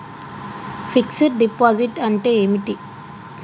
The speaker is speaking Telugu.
ఫిక్స్ డ్ డిపాజిట్ అంటే ఏమిటి?